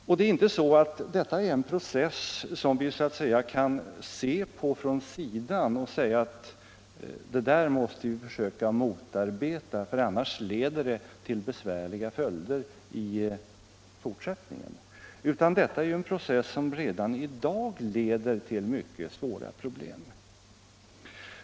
Och det är inte en process som vi kan se på från sidan och säga att det där måste vi försöka motarbeta, för annars leder det till besvärliga följder i fortsättningen, utan detta är ju en process som redan i dag leder till mycket svåra problem.